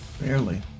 Barely